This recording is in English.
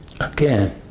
Again